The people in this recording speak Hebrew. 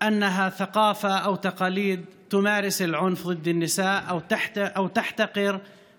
בכך שהן תרבות או מסורות הנוקטות אלימות כלפי נשים או בזות למעמד הנשים,